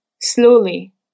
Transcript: Slowly